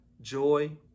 joy